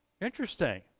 Interesting